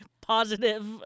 positive